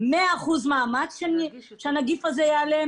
מאה אחוז מאמץ כדי שהנגיף הזה ייעלם,